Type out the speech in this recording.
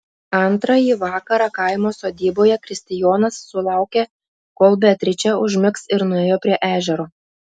antrąjį vakarą kaimo sodyboje kristijonas sulaukė kol beatričė užmigs ir nuėjo prie ežero